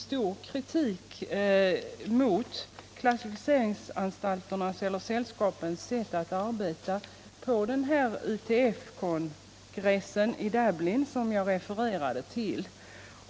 stark kritik mot deras sätt att arbeta på UTF-kongressen i Dublin som jag refererade till.